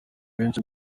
benshi